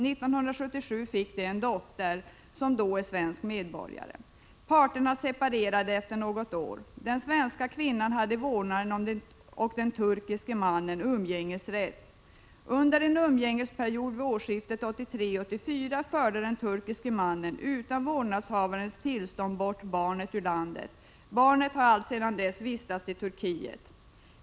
1977 fick de en dotter, som är svensk medborgare. Parterna separerade efter något år. Den svenska kvinnan hade vårdnaden och den turkiske mannen hade umgängesrätt. Under en umgängesperiod vid årsskiftet 1983-1984 förde den turkiske mannen, utan vårdnadshavarens tillstånd, bort barnet ur landet. Barnet har alltsedan dess vistats i Turkiet.